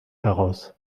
heraus